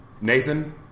Nathan